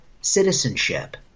citizenship